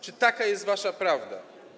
Czy taka jest wasza prawda?